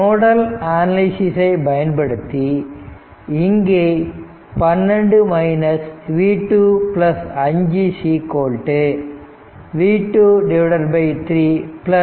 nodal analysis சை பயன்படுத்தி இங்கே 12 v 2 5 v 2 3 4 iSC